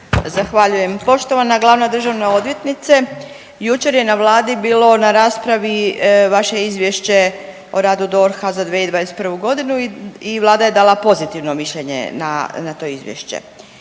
Zahvaljujem. Poštovana glavna državna odvjetnice, jučer je na Vladi bilo na raspravi vaše Izvješće o radu DORH-a za 2021. godinu i Vlada je dala pozitivno mišljenje na to izvješće.